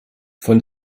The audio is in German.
von